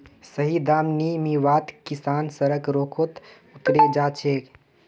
सही दाम नी मीवात किसान सड़क रोकोत उतरे जा छे